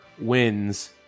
wins